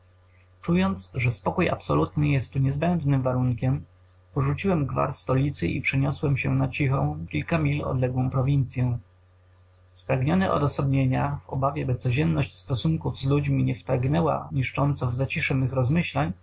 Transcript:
czując że spokój absolutny jest tu niezbędnym warunkiem porzuciłem gwar stolicy i przeniosłem się na cichą kilka mil odległą prowincyę spragniony odosobnienia w obawie by codzienność stosunków z ludźmi nie wtargnęła niszcząco w zacisze mych rozmyślań